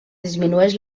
disminueix